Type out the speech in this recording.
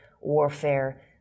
warfare